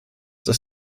das